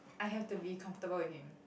I have to be comfortable with him